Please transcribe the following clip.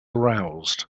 aroused